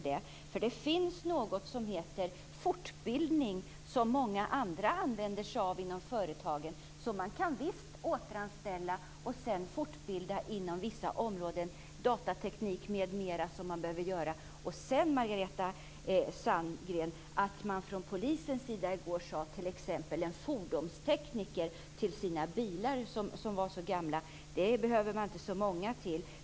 Det finns något som heter fortbildning och som många andra använder sig av. Det går visst att återanställa och sedan fortbilda inom vissa områden, datateknik m.m. Polisen sade i går att det inte behövs så många fordonstekniker till de gamla bilarna.